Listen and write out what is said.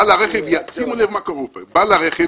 בעל הרכב